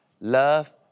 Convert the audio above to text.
love